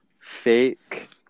fake